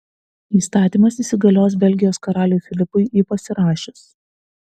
įstatymas įsigalios belgijos karaliui filipui jį pasirašius